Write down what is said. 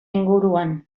inguruan